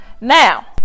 now